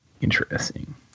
Interesting